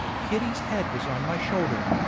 kitty's head was on my shoulder.